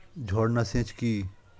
ঝর্না সেচ কি?